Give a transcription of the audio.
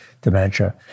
dementia